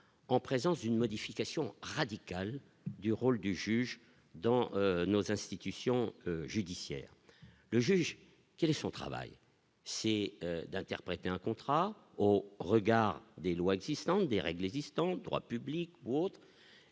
en présence d'une modification radicale du rôle du juge dans nos institutions judiciaires, le juge est son travail c'est d'interpréter un contrat au regard des lois existantes, des règles existantes droit public ou autres